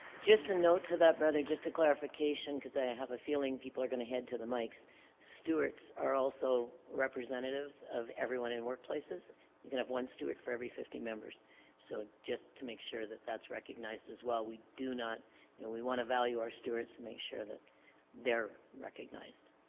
just a note to that brother just a clarification because i have a feeling people are gonna head to the mics stewart's are also representatives of everyone in workplaces you can have one stuart for every fifty members so just to make sure that that's recognized as well we do not you know we want to value our stuart's make sure that they're recognized